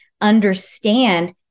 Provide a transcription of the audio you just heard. understand